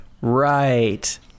Right